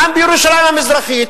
גם בירושלים המזרחית,